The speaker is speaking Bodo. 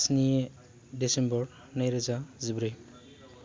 स्नि डिसेम्बर नैरोजा जिब्रै